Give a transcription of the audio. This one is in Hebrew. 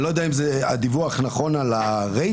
אני לא יודע אם הדיווח נכון על הרייזון.